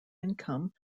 income